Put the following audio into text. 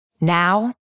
Now